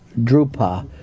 Drupa